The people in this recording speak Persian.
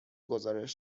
گزارش